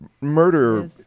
murder